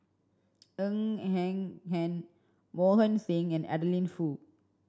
Ng Eng Hen Mohan Singh and Adeline Foo